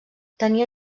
tenia